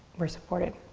we're supported.